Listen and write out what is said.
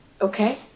Okay